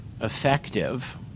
effective